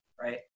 right